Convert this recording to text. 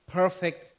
perfect